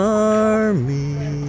army